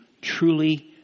truly